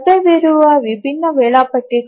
ಲಭ್ಯವಿರುವ ವಿಭಿನ್ನ ವೇಳಾಪಟ್ಟಿಗಳು